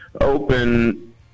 open